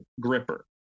gripper